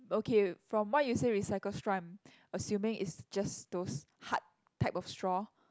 okay from what you say recycle assuming is just those hard type of straw